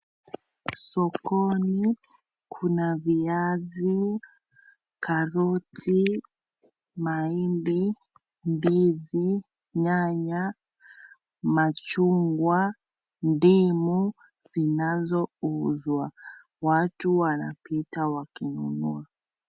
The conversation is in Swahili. Sokoni kuna viazi, karoti, mahindi, ndizi, nyanya, machungwa, ndimu, zinazouzwa. Watu wanapita wakinunua.